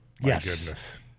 yes